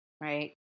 right